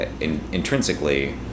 intrinsically